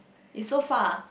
is so far